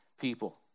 people